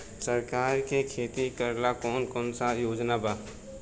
सरकार के खेती करेला कौन कौनसा योजना बा?